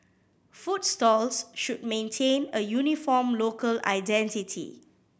food stalls should maintain a uniform local identity